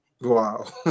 Wow